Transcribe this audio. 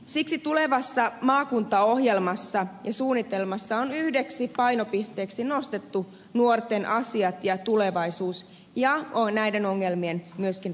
siksi tulevassa maakuntaohjelmassa ja suunnitelmassa on yhdeksi painopisteeksi nostettu nuorten asiat ja tulevaisuus ja myöskin näiden ongelmien ratkaiseminen